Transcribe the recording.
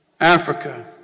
Africa